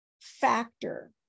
factor